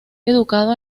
educado